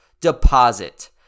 deposit